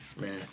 Man